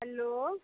hello